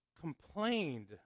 complained